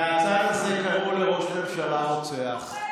מהצד הזה קראו לראש ממשלה רוצח.